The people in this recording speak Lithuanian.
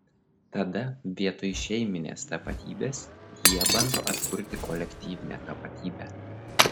tada vietoj šeiminės tapatybės jie bando atkurti kolektyvinę tapatybę